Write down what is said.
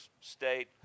state